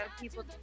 people